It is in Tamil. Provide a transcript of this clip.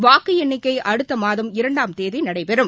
வாக்குஎண்ணிக்கைஅடுத்தமாதம் இரண்டாம் நடைபெறும்